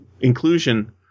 inclusion